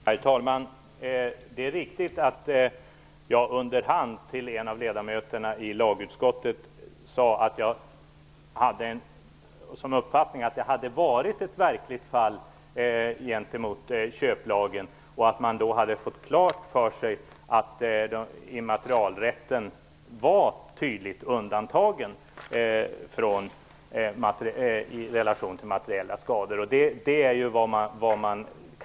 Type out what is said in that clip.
Herr talman! Det är riktigt att jag till en av ledamöterna i lagutskottet under hand sade att jag hade uppfattningen att det hade förekommit ett verkligt fall gentemot köplagen och att man då hade fått klart för sig att immaterialrätten var tydligt undantagen i relation till materiella skador.